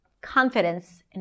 confidence